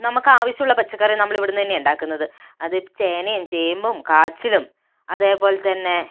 നമുക്ക് ആവശ്യമുള്ള പച്ചക്കറികൾ നമ്മൾ ഇവിടെ നിന്നു തന്നെയാണ് ഉണ്ടാക്കുന്നത് അതു ചേനയും ചേമ്പും കാച്ചിലും അതേപോലെ തന്നെ